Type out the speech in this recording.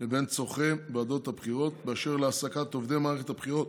לבין צורכי ועדות הבחירות באשר להעסקת עובדי מערכת הבחירות